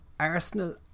arsenal